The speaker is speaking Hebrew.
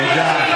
תודה.